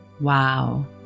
wow